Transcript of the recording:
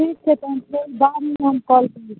ठीक छै तहन फेर बादमे हम कॉल करै छी